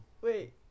Wait